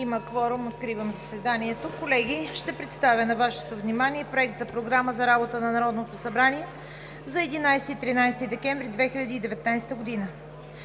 Има кворум, откривам заседанието. Колеги, ще представя на Вашето внимание Проекта за програма за работата на Народното събрание за периода 11 – 13 декември 2019 г.: „1.